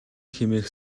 хэмээх